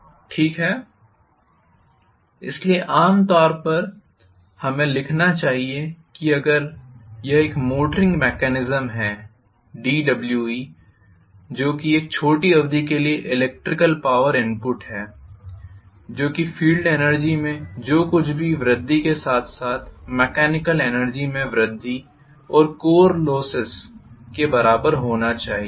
ठीक है इसलिए आम तौर पर हमें लिखना चाहिए कि अगर यह एक मोटरिंग मैकेनिज्म है dWe जो कि एक छोटी अवधि के लिए इलेक्ट्रिकल पॉवर इनपुट है जो कि फील्ड एनर्जी में जो कुछ भी वृद्धि के साथ साथ मेकेनिकल एनर्जी में वृद्धि और कोर लोसेस के बराबर होना चाहिए